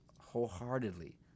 wholeheartedly